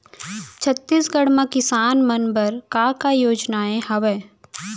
छत्तीसगढ़ म किसान मन बर का का योजनाएं हवय?